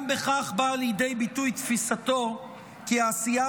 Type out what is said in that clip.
גם בכך באה לידי ביטוי תפיסתו כי העשייה